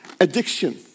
addiction